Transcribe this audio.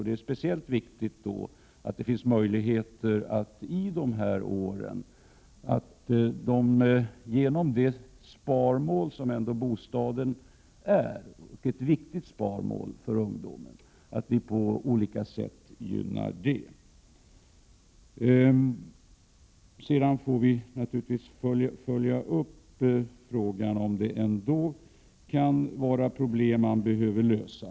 Det är viktigt att vi på olika sätt gynnar sparandet för dessa ungdomar, för vilka bostaden är ett sparmål. Vi får naturligtvis följa upp dessa frågor om det ändå skulle finnas problem att lösa.